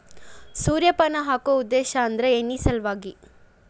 ಸೂರ್ಯಪಾನ ಹಾಕು ಉದ್ದೇಶ ಅಂದ್ರ ಎಣ್ಣಿ ಸಲವಾಗಿ